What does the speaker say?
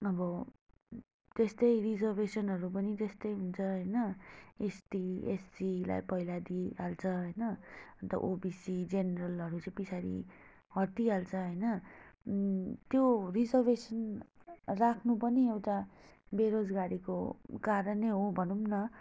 अब त्यस्तै रिजर्भेसनहरू पनि त्यस्तै हुन्छ होइन एसटी एससीलाई पहिला दिइहाल्छ होइन अन्त ओबिसी जेनरलहरू चाहिँ पछाडि हटिहाल्छ होइन त्यो रिजर्भेसन राख्नु पनि एउटा बेरोजगारीको कारणै हो भनौँ न